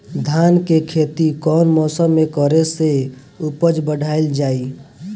धान के खेती कौन मौसम में करे से उपज बढ़ाईल जाई?